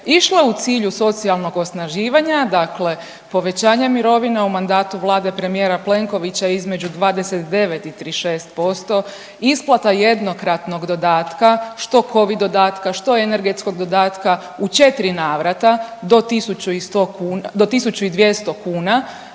išle u cilju socijalnog osnaživanja, dakle povećanja mirovina u mandatu vlade premijera Plenkovića između 29 i 36%, isplata jednokratnog dodatka, što Covid dodatka, što energetskog dodatka u 4 navrata do 1100